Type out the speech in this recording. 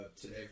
today